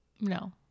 no